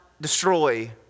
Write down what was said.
destroy